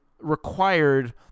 required